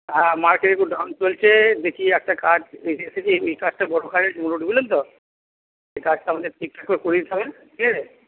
হ্যাঁ মার্কেট একটু ডাউন চলছে দেখি একটা কাজ এগিয়ে এসেছে এই কাজটা বড়ো কাজ আছে মোটামুটি বুঝলেন তো এই কাজটা আমাদের ঠিকঠাকভাবে করে দিতে হবে ঠিক আছে